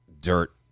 dirt